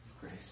grace